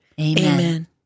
Amen